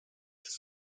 his